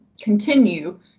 continue